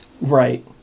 Right